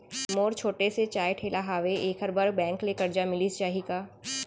मोर छोटे से चाय ठेला हावे एखर बर बैंक ले करजा मिलिस जाही का?